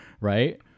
Right